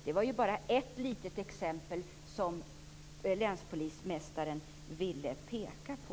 Det var ett litet exempel som länspolismästaren ville peka på.